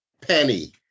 penny